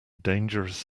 dangerous